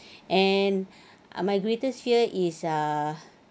and my greatest fear is ah